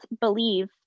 believe